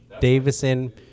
Davison